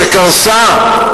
שקרסה,